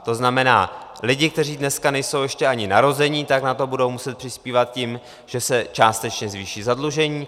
To znamená lidi, kteří dneska nejsou ještě ani narození, na to budou muset přispívat tím, že se částečně zvýší zadlužení.